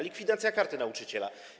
Likwidacja Karty Nauczyciela.